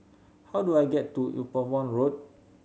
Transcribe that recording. how do I get to Upavon Road